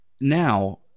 now